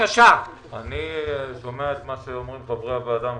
אני שומע את מה שאומרים חברי הוועדה המכובדים,